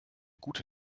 gute